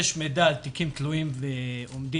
מידע על תיקים תלויים ועומדים,